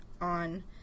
on